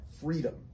freedom